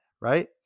Right